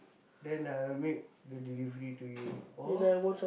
then I'll make the delivery to you or